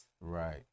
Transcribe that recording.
Right